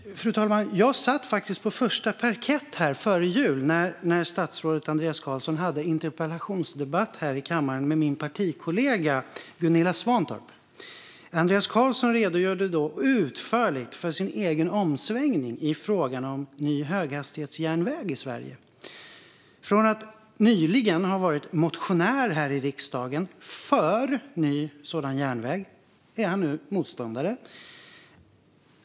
Fru talman! Jag satt på första parkett före jul när statsrådet Andreas Carlson hade en interpellationsdebatt med min partikollega Gunilla Svantorp. Andreas Carlson redogjorde då utförligt för sin omsvängning i fråga om ny höghastighetsjärnväg i Sverige. Från att nyligen ha varit motionär i riksdagen för ny sådan järnväg är han nu motståndare.